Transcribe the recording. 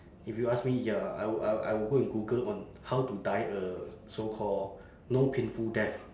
if you ask me ya I would I I will go and google on how to die a so called no painful death